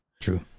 True